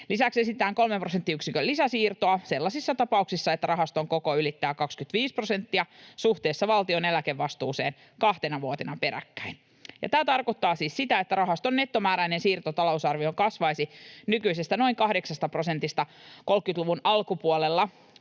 Lisäksi esitetään 3 prosenttiyksikön lisäsiirtoa sellaisissa tapauksissa, joissa rahaston koko ylittää 25 prosenttia suhteessa valtion eläkevastuuseen kahtena vuotena peräkkäin. Tämä tarkoittaa siis sitä, että rahaston nettomääräinen siirto talousarvioon kasvaisi nykyisestä noin 8 prosentista 30-luvun alkupuolella,